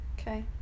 okay